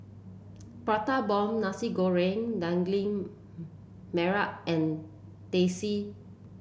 Prata Bomb Nasi Goreng Daging Merah and Teh C